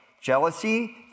Jealousy